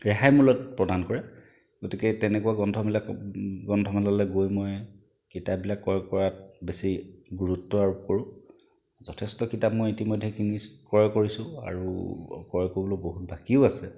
ৰেহাই মূল্যত প্ৰদান কৰে গতিকে তেনেকুৱা গ্ৰন্থবিলাক গ্ৰন্থমেলালৈ গৈ মই কিতাপবিলাক ক্ৰয় কৰাত বেছি গুৰুত্ব আৰোপ কৰো যথেষ্ট কিতাপ মই ইতিমধ্যে কিনিছো ক্ৰয় কৰিছো আৰু ক্ৰয় কৰিবলৈ বহুত বাকীও আছে